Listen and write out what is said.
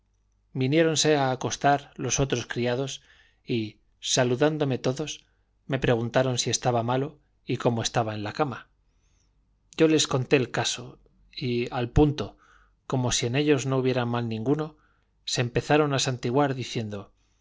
viniéronse a acostar los otros criados y saludándome todos me preguntaron si estaba malo y cómo estaba en la cama yo les conté el caso y al punto como si en ellos no hubiera mal ninguno se empezaron a santiguar diciendo